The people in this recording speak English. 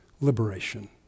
liberation